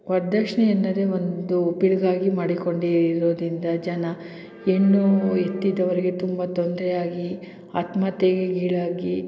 ವರದಕ್ಷ್ಣೆ ಎನ್ನೋದೆ ಒಂದು ಪಿಡುಗಾಗಿ ಮಾಡಿಕೊಂಡಿರೋದ್ರಿಂದ ಜನ ಹೆಣ್ಣೂ ಹೆತ್ತಿದವರಿಗೆ ತುಂಬ ತೊಂದರೆಯಾಗಿ ಆತ್ಮಹತ್ಯೆಗೀಡಾಗಿ